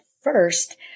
first